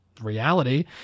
reality